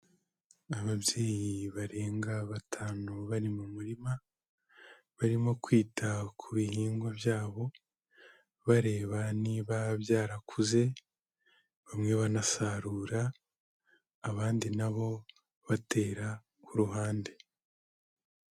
Ababyeyi barenga batanu bari mu murima, barimo kwita ku bihingwa byabo bareba niba byarakuze, bamwe banasarura abandi nabo batera ku ruhande.